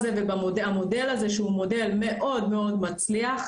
המודל הזה, שהוא מודל מאוד מאוד מצליח,